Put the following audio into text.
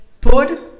put